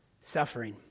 suffering